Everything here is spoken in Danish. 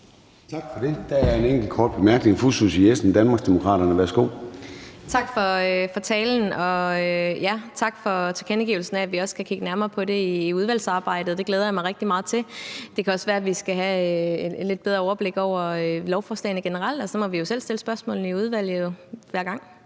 Tak for det. Der er en enkelt kort bemærkning fra fru Susie Jessen, Danmarksdemokraterne. Værsgo. Kl. 16:48 Susie Jessen (DD): Tak for talen, og tak for tilkendegivelsen af, at vi også skal kigge nærmere på det i udvalgsarbejdet, og det glæder jeg mig rigtig meget til. Det kan også være, at vi generelt skal have et lidt bedre overblik over lovforslagene, og ellers må vi jo selv stille spørgsmålene i udvalget hver gang.